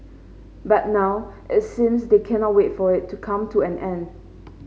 but now it seems they cannot wait for it to come to an end